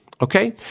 okay